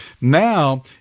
Now